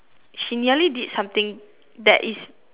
she nearly did something that is